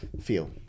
Feel